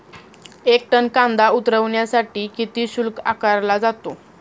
एक टन कांदा उतरवण्यासाठी किती शुल्क आकारला जातो?